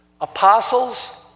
Apostles